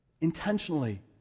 Intentionally